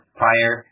prior